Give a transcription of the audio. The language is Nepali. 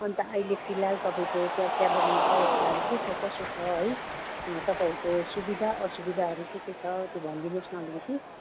अन्त अहिले फिलहाल तपाईँको त्यहाँ चिया बगानको अवस्थाहरू के छ कसो छ है तपाईँहरूको सुविधा असुविधाहरू के के छ त्यो भनिदिनुहोस् न अलिकति